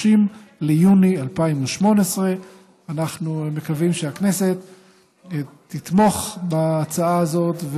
ביוני 2018. אנחנו מקווים שהכנסת תתמוך בהצעה הזאת,